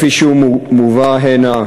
כפי שהוא מובא היום הנה,